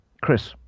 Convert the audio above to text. Chris